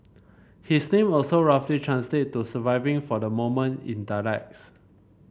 his name also roughly translate to surviving for the moment in dialects